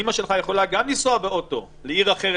אימא שלך יכולה גם לנסוע באוטו לעיר אחרת,